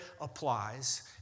applies